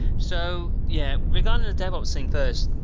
so yeah. regarding the devops thing first,